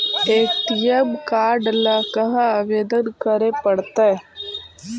ATM card ल कहा आवेदन करे पड़तै?